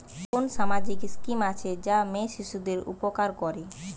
কোন সামাজিক স্কিম আছে যা মেয়ে শিশুদের উপকার করে?